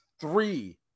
Three